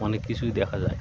অনেক কিছুই দেখা যায়